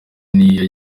n’iyo